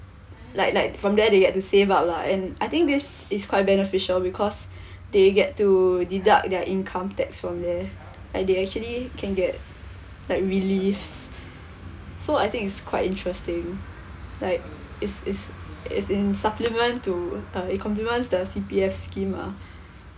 like like from there they get to save up lah and I think this is quite beneficial because they get to deduct their income tax from there and they actually can get like reliefs so I think it's quite interesting like is is as in supplement to uh it complement the C_P_F scheme ah